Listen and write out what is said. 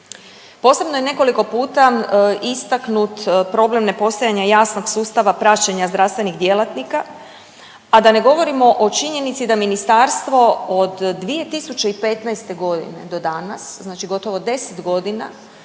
Posebno je nekoliko puta istaknut problem nepostojanja jasnog sustava praćenja zdravstvenih djelatnika, a da ne govorimo o činjenici da ministarstvo od 2015. godine do dana, znači gotovo 10 godina